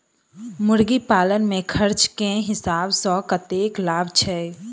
मुर्गी पालन मे खर्च केँ हिसाब सऽ कतेक लाभ छैय?